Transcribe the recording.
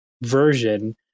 version